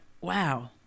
wow